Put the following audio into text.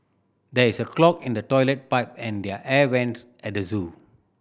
there is a clog in the toilet pipe and the air vents at the zoo